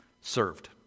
served